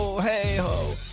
hey-ho